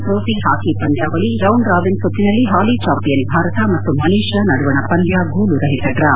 Asian trophy hockey ಪಂದ್ಲಾವಳಿ round robin ಸುತ್ತಿನಲ್ಲಿ ಹಾಲಿ ಚಾಂಪಿಯನ್ ಭಾರತ ಮತ್ತು ಮಲೇಷ್ನಾ ನಡುವಣ ಪಂದ್ನ ಗೋಲುರಹಿತ ಡ್ರಾ